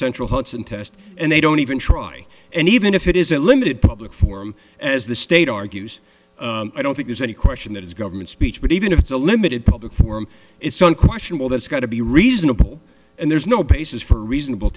central hudson test and they don't even try and even if it is a limited public forum as the state argues i don't think there's any question that is government speech but even if it's a limited public forum it's unquestionable that's got to be reasonable and there's no basis for reasonable